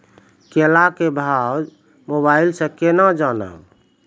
केला के बाजार भाव मोबाइल से के ना जान ब?